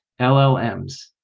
LLMs